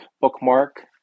bookmark